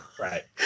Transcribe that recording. Right